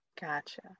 Gotcha